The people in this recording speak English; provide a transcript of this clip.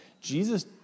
Jesus